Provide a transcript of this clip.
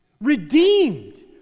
redeemed